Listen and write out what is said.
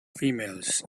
females